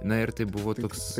na ir tai buvo toks